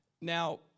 Now